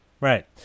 Right